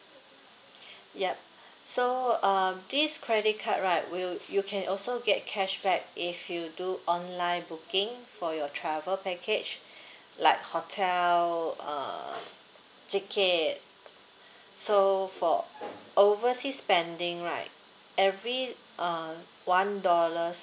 yup so uh this credit card right will you can also get cashback if you do online booking for your travel package like hotel uh ticket so for oversea spending right every uh one dollar's